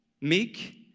meek